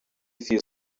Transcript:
feel